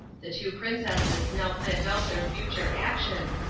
the two princesses now planned out their future action,